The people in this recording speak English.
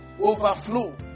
Overflow